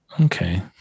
okay